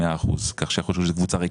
,100% כך שזה יכול להיות שזו קבוצה ריקה.